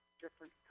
different